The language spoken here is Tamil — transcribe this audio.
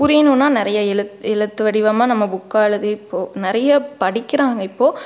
புரியனுன்னா நிறைய எழுத் எழுத்து வடிவமாக நம்ம புக்காக எழுதி இப்போ நிறைய படிக்கிறாங்க இப்போ